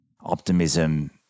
optimism